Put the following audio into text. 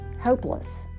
hopeless